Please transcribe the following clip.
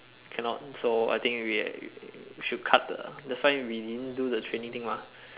cannot so I think we we should cut the that's why we didn't do the training thing mah